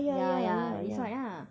ya ya this one ah